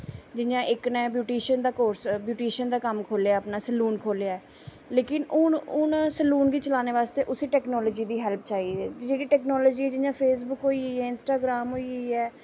जि'यां इक नै बयूटिशन दा कम्म खोह्लेआ ऐ अपनैं लेकिन हून सैलून गी चलानें आस्तै टैकनॉलजी दी हैल्प चाही दी ऐ जियां टैकनॉलजी जि'यां फेसबुक होई गेई इंस्टाग्राम होई गेई ऐ